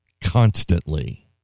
constantly